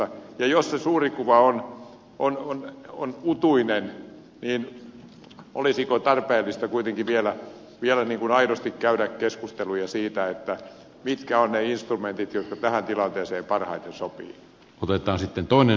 ja jos se suuri kuva on utuinen niin olisiko tarpeellista kuitenkin vielä aidosti käydä keskusteluja siitä mitkä ovat ne instrumentit jotka tähän tilanteeseen parhaiten sopivat